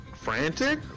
frantic